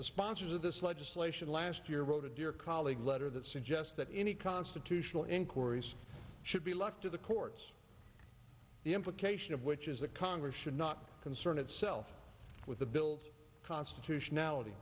the sponsors of this legislation last year wrote a dear colleague letter that suggests that any constitutional inquiries should be left to the courts the implication of which is that congress should not concern itself with the build constitutionality